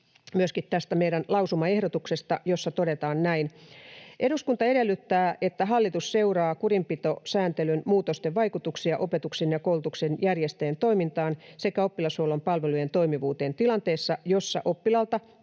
myöskin tästä meidän lausumaehdotuksestamme, jossa todetaan näin: ”Eduskunta edellyttää, että hallitus seuraa kurinpitosääntelyn muutosten vaikutuksia opetuksen ja koulutuksen järjestäjien toimintaan sekä oppilashuollon palvelujen toimivuuteen tilanteessa, jossa oppilaalta